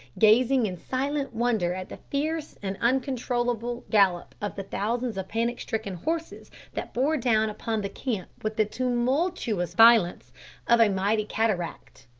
gazing in silent wonder at the fierce and uncontrollable gallop of the thousands of panic-stricken horses that bore down upon the camp with the tumultuous violence of a mighty cataract.